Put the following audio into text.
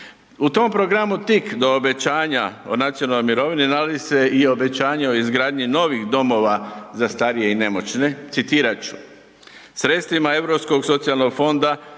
U tom programu tik do obećanja o nacionalnoj mirovini, nalazi se i obećanje o izgradnji novih domova za starije i nemoćne, citirat ću: „Sredstvima Europskog socijalnog fonda